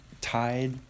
tide